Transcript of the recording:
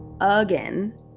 again